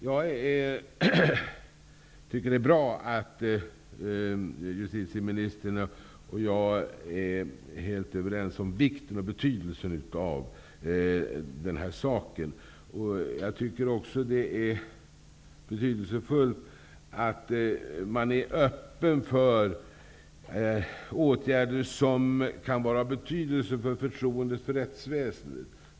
Fru talman! Det är bra att justitieministern och jag är helt överens om vikten och betydelsen av detta. Det är också betydelsefullt att man är öppen för åtgärder som kan vara av betydelse för förtroendet för rättsväsendet.